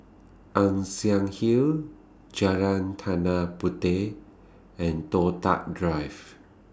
Ann Siang Hill Jalan Tanah Puteh and Toh Tuck Drive